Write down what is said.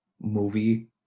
movie